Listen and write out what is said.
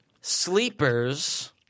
Sleepers